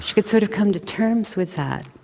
could sort of come to terms with that.